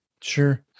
Sure